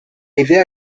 idea